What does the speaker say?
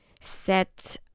set